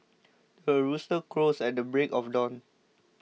the rooster crows at the break of dawn